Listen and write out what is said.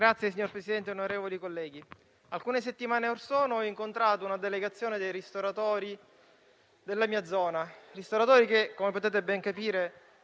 *(M5S)*. Signor Presidente, onorevoli colleghi, alcune settimane or sono ho incontrato una delegazione dei ristoratori della mia zona, ristoratori che, come potete ben capire,